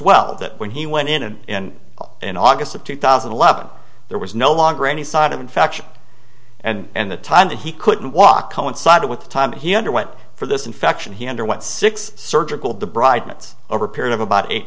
well that when he went in and in in august of two thousand and eleven there was no longer any sign of infection and the time that he couldn't walk coincided with the time he underwent for this infection he underwent six surgical the bride nights over a period of about eight